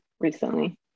recently